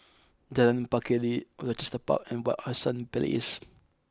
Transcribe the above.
Jalan Pacheli Rochester Park and Wak Hassan Place